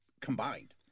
combined